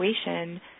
situation